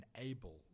enable